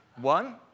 One